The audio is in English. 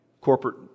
Corporate